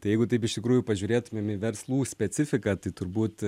tai jeigu taip iš tikrųjų pažiūrėtumėm į verslų specifiką tai turbūt